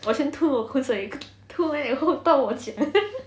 我先吐我口水吐完以后到我讲